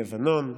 לבנון,